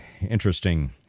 interesting